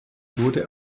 wurde